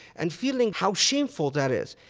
and feeling how shameful that is.